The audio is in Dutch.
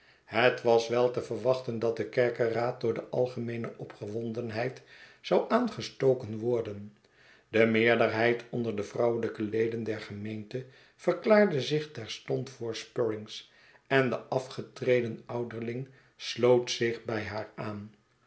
het was wel te verwachten dat de kerkeraad door de algerneene opgewondenheid zou aangestoken worden de meerderheid onder de vrouwelijke leden der gemeente verklaarde zich terstond voor spruggins en de afgetreden ouderling sloot zich bij haar aan